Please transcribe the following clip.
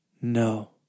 no